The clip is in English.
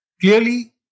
clearly